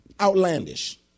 outlandish